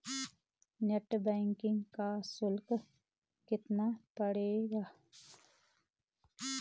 Net banking का शुल्क कितना कटेगा?